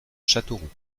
châteauroux